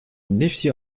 nifty